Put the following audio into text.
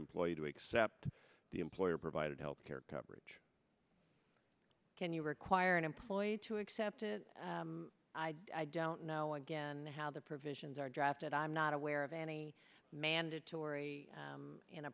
employer to accept the employer provided health care coverage can you require an employer to accept it i don't know again how the provisions are drafted i'm not aware of any mandatory